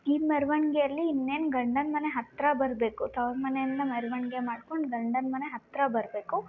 ಈ ಮೆರವಣಿಗೆಯಲ್ಲಿ ಇನ್ನೇನು ಗಂಡನ ಮನೆ ಹತ್ತಿರ ಬರಬೇಕು ತೌರು ಮನೆಯಿಂದ ಮೆರವಣಿಗೆ ಮಾಡ್ಕೊಂಡು ಗಂಡನ ಮನೆ ಹತ್ತಿರ ಬರಬೇಕು